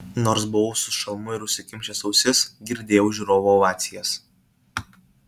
nors buvau su šalmu ir užsikimšęs ausis girdėjau žiūrovų ovacijas